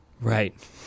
Right